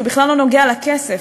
שהוא בכלל לא נוגע לכסף,